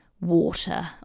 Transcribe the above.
water